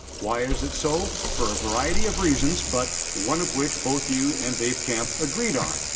why is it so? for a variety of reasons, but one of which both you and dave camp agreed on.